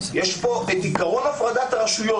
יש כאן את עיקרון הפרדת הרשויות.